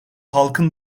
halkın